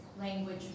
language